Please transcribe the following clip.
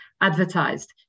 advertised